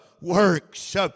works